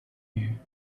here